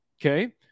Okay